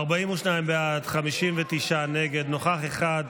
42 בעד, 59 נגד, נוכח אחד.